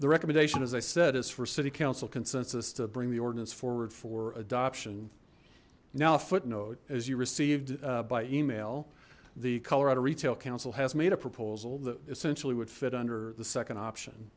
the recommendation as i said is for city council consensus to bring the ordinance forward for adoption now a footnote as you received by email the colorado retail council has made a proposal that essentially would fit under the second option